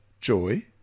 joy